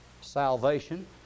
salvation